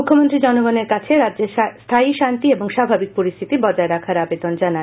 মুখ্যমন্ত্রী জনগনের কাছে রাজ্যে স্হায়ী শান্তি এবং স্বাভাবিক পরিস্থিতি বজায় রাখার আবেদন জানান